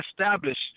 established